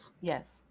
Yes